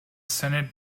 senate